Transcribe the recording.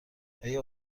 آیا